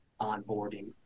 onboarding